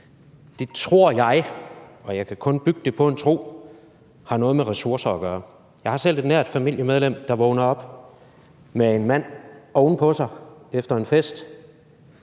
Det tror jeg, og jeg kan kun bygge det på en tro, har noget med ressourcer at gøre. Jeg har selv et nært familiemedlem, der vågner op med en mand oven på sig efter en fest.